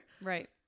right